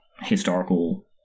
historical